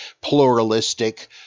pluralistic